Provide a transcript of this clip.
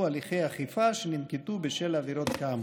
הליכי אכיפה שננקטו בשל עבירות כאמור.